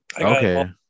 okay